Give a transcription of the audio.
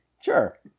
sure